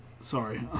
Sorry